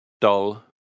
dull